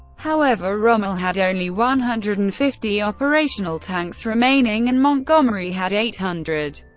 however, rommel had only one hundred and fifty operational tanks remaining, and montgomery had eight hundred,